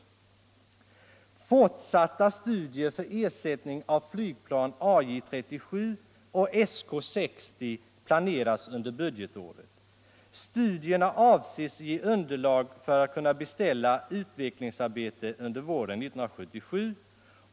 Fortsatta studier för ersättning av flygplan AJ 37 och SK 60 planeras under budgetåret. Studierna avses ge underlag för att kunna beställa utvecklingsarbete under våren 1977.